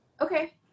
okay